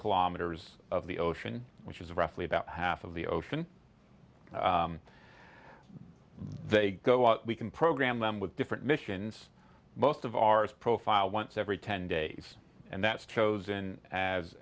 kilometers of the ocean which is roughly about half of the ocean they go out we can program them with different missions most of ours profile once every ten days and that's chosen as